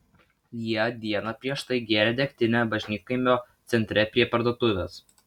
jie dieną prieš tai gėrė degtinę bažnytkaimio centre prie parduotuvės